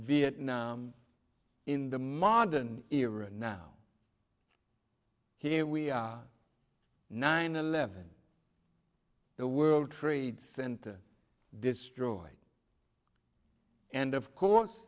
vietnam in the modern era now here we are nine eleven the world trade center destroyed and of course